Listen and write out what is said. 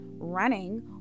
Running